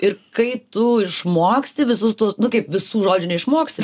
ir kai tu išmoksti visus tuos nu kaip visų žodžių neišmoksi